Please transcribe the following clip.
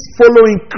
following